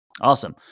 Awesome